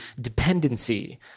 dependency